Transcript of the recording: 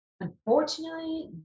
Unfortunately